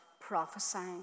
prophesying